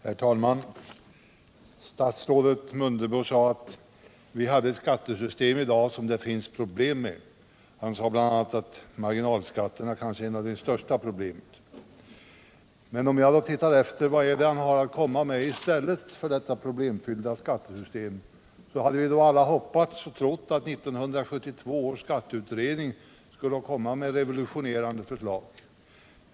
Herr talman! Statsrådet Mundebo sade att vi hade ett skattesystem i dag som det finns problem med och att marginalskatterna kanske är ett av de största problemen. Men vad är det han har att komma med i stället för detta problemfyllda skattesystem? Vi hade alla hoppats och trott att 1972 års skatteutredning skulle avlämna revolutionerande förslag.